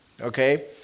okay